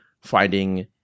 finding